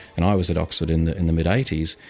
and i was at oxford in the in the mid eighty s.